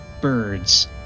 birds